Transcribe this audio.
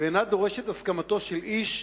ואינה דורשת הסכמתו של איש,